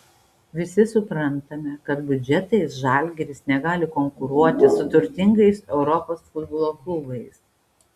visi suprantame kad biudžetais žalgiris negali konkuruoti su turtingais europos futbolo klubais